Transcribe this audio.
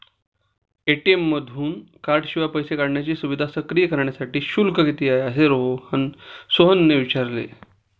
ATM मधून कार्डशिवाय पैसे काढण्याची सुविधा सक्रिय करण्यासाठी शुल्क किती आहे, असे सोहनने विचारले